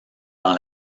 dans